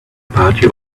party